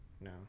No